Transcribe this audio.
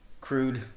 crude